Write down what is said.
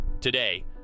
Today